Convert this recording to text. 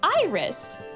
Iris